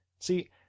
See